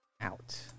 out